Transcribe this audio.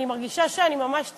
אני מרגישה שאני ממש צועקת,